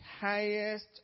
highest